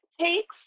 takes